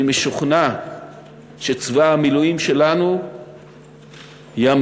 אני משוכנע שצבא המילואים שלנו ימשיך